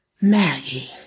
Maggie